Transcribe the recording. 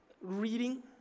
reading